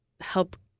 help